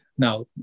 Now